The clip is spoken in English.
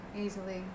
easily